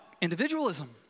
Individualism